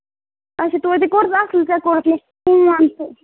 اچھا تویتہِ کوٚرُتھ اَصٕل ژےٚ کوٚرُتھ مےٚ فون